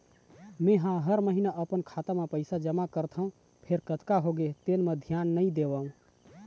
मेंहा हर महिना अपन खाता म पइसा जमा करथँव फेर कतका होगे तेन म धियान नइ देवँव